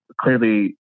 clearly